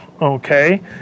okay